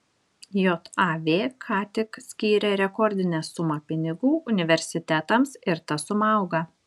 jav ką tik skyrė rekordinę sumą pinigų universitetams ir ta suma auga